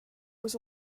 was